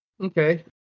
Okay